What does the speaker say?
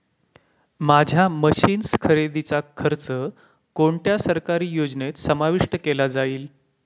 माझ्या मशीन्स खरेदीचा खर्च कोणत्या सरकारी योजनेत समाविष्ट केला जाईल?